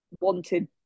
wanted